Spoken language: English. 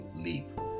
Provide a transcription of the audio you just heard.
leap